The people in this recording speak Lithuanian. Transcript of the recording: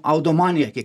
audomanija kiek